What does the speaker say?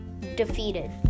defeated